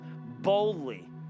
boldly